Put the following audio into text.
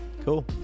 cool